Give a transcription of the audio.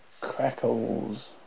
Crackles